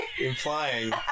Implying